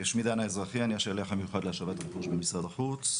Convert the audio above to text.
אני השליח המיוחד להשבת רכוש במשרד החוץ,